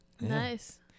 Nice